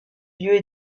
lieux